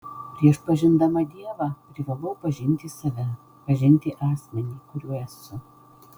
prieš pažindama dievą privalau pažinti save pažinti asmenį kuriuo esu